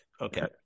Okay